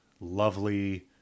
lovely